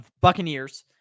Buccaneers